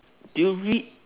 do you read